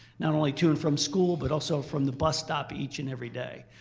not only to and from school but also from the bus stop each and every day.